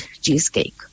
cheesecake